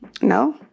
No